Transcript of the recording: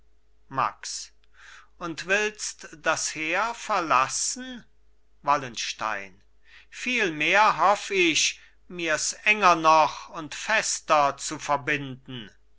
max und willst das heer verlassen wallenstein vielmehr hoff ich mirs enger noch und fester zu verbinden